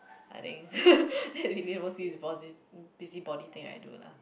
I think that's mostly is busy~ busybody thing I do lah